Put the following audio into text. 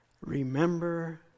remember